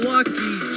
Lucky